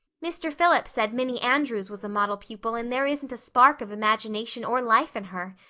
mr. phillips said minnie andrews was a model pupil and there isn't a spark of imagination or life in her.